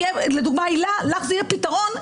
לדוגמה, הילה, לך זה יהיה פתרון.